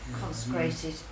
consecrated